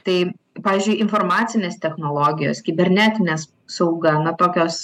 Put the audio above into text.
tai pavyzdžiui informacinės technologijos kibernetinės sauga na tokios